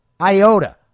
iota